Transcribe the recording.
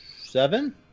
seven